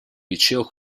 liceo